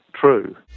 true